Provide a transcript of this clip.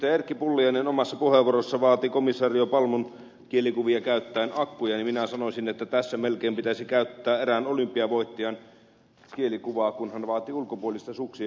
erkki pulliainen omassa puheenvuorossa vaati komisario palmun kielikuvia käyttäen akkuja niin minä sanoisin että tässä melkein pitäisi käyttää erään olympiavoittajan kielikuvaa kun hän vaati ulkopuolista suksi